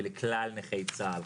היא לכלל נכי צה"ל,